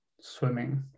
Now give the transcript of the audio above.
swimming